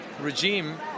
regime